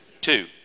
Two